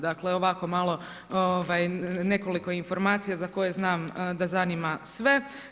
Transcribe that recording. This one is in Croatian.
Dakle ovako malo nekoliko informacija za koje znam da zanima sve.